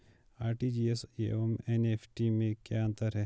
RTGS एवं NEFT में क्या अंतर है?